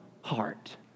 heart